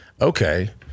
okay